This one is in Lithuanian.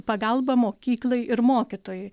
pagalba mokyklai ir mokytojui